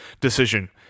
decision